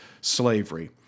slavery